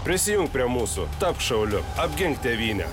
prisijunk prie mūsų tapk šauliu apgink tėvynę